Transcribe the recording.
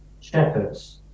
shepherds